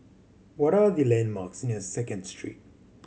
what are the landmarks near Second Street